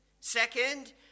Second